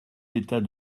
l’état